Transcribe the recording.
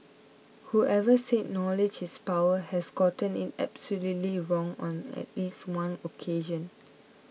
whoever said knowledge is power has gotten it absolutely wrong on at least one occasion